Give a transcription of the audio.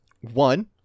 One